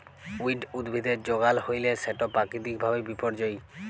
weed উদ্ভিদের যগাল হ্যইলে সেট পাকিতিক ভাবে বিপর্যয়ী